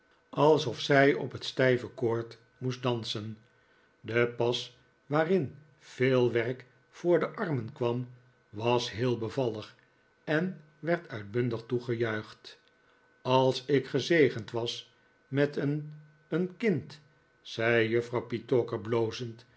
alsof zij op het stijve koord moest dansen de pas waarin veel werk voor de armen kwam was heel bevallig en werd uitbundig toegejuicht als ik gezegend was met een een kind zei juffrouw petowker